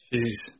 Jeez